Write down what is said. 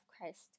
Christ